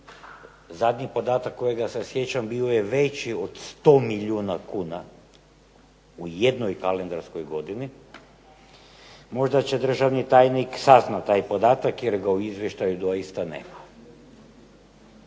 zadnji podatak kojeg se ja sjećam bio je veći od 100 milijuna kuna u jednoj kalendarskoj godini, možda će državni tajnik saznati taj podatak jer ga u izvještaju doista nema.